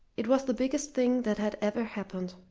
it was the biggest thing that had ever happened,